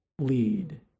lead